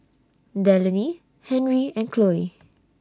Delaney Henri and Khloe